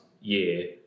year